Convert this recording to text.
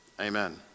amen